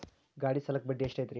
ಗಾಡಿ ಸಾಲಕ್ಕ ಬಡ್ಡಿ ಎಷ್ಟೈತ್ರಿ?